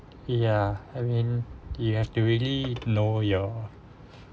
ya I mean you have to really know your